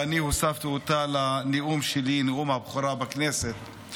ואני הוספתי אותן לנאום שלי, נאום הבכורה בכנסת.